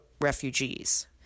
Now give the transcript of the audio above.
refugees